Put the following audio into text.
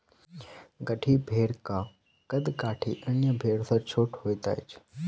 गद्दी भेड़क कद काठी अन्य भेड़ सॅ छोट होइत अछि